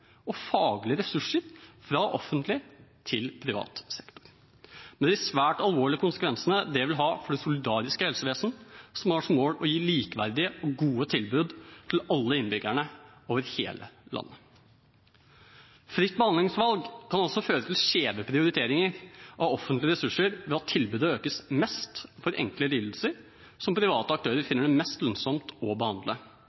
og faglige ressurser fra offentlig til privat sektor, med de svært alvorlige konsekvensene det vil ha for det solidariske helsevesenet, som har som mål å gi likeverdige og gode tilbud til alle innbyggerne over hele landet. Fritt behandlingsvalg kan også føre til skjeve prioriteringer av offentlige ressurser, da tilbudet økes mest for enkle lidelser, som private aktører finner det mest lønnsomt å behandle.